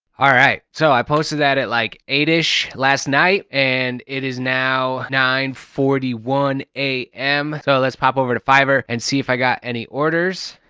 all right, so i posted that at like eight-ish last night and it is now nine forty one a m. so let's pop over to fiverr and see if i got any orders.